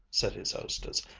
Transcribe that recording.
said his hostess,